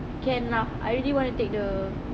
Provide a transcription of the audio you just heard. can lah I really wanna take the